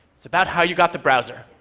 it's about how you got the browser.